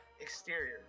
Exterior